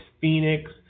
Phoenix